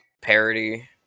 parody